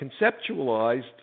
conceptualized